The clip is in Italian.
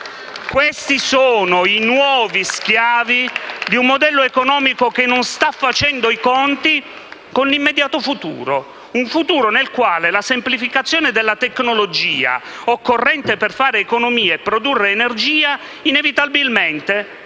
Questi sono i nuovi schiavi di un modello economico che non sta facendo i conti con l'immediato futuro, un futuro nel quale la semplificazione della tecnologia occorrente per fare economia e produrre energia inevitabilmente renderà